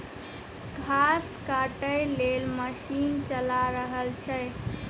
घास काटय लेल मशीन चला रहल छै